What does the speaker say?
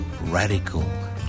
radical